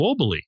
globally